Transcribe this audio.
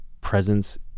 presence